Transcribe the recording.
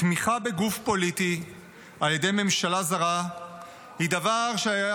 "תמיכה בגוף פוליטי על ידי ממשלה זרה היא דבר שהיה